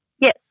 Yes